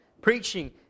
preaching